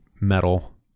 metal